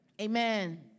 Amen